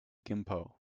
gimpo